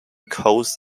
coast